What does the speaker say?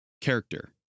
character